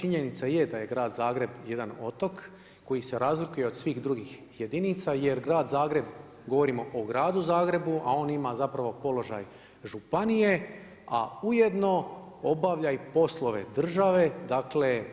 Činjenica je da je grad Zagreb jedan otok koji se razlikuje od svih drugih jedinica jer grad Zagreb, govorimo o gradu Zagrebu a on ima zapravo položaj Županije a ujedno obavlja i poslove Države, dakle